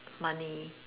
money